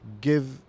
give